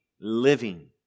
Living